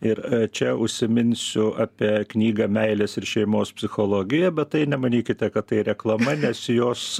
ir čia užsiminsiu apie knygą meilės ir šeimos psichologija bet tai nemanykite kad tai reklama nes jos